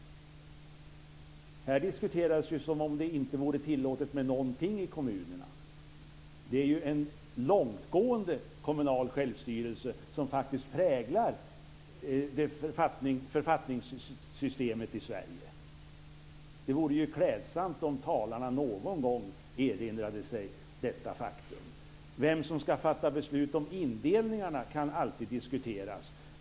Här diskuterades ju som om det inte vore tillåtet med någonting i kommunerna. Det är ju en långtgående kommunal självstyrelse som faktiskt präglar författningssystemet i Sverige. Det vore ju klädsamt om talarna någon gång erinrade sig detta faktum. Vem som ska fatta beslut om indelningarna kan alltid diskuteras.